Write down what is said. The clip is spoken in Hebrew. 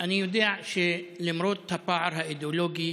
אני יודע שלמרות הפער האידיאולוגי